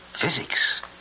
Physics